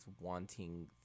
wanting